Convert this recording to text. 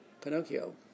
Pinocchio